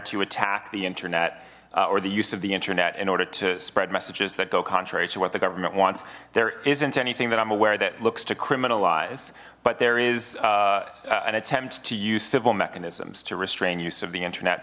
to attack the internet or the use of the internet in order to spread messages that go contrary to what the government wants there isn't anything that i'm aware that looks to criminalize but there is an attempt to use civil mechanisms to restrain use of the internet